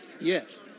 Yes